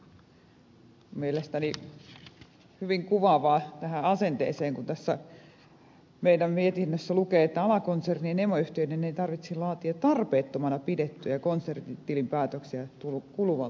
tämä esitys mielestäni hyvin kuvaa tätä asennetta kun tässä meidän mietinnössämme lukee että alakonsernin emoyhtiöiden ei tarvitse laatia tarpeettomana pidettyjä konsernitilinpäätöksiä kuluvalta tilikaudelta